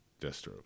Deathstroke